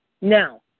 Now